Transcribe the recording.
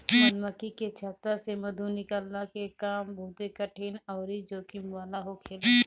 मधुमक्खी के छत्ता से मधु निकलला के काम बहुते कठिन अउरी जोखिम वाला होखेला